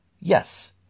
yes